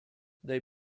they